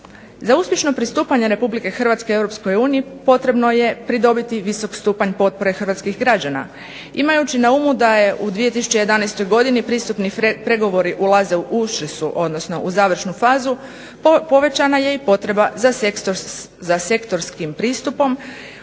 Za uspješno pristupanje Republike Hrvatske Europskoj uniji potrebno je pridobiti visok stupanj potpore hrvatskih građana. Imajući na umu da je u 2011. godini pristupni pregovori ulaze, ušli su odnosno u završnu fazu, povećana je i potreba za sektorskim pristupom